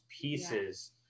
pieces